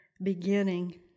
beginning